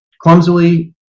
clumsily